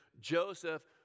Joseph